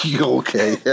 Okay